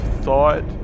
thought